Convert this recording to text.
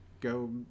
Go